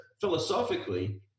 philosophically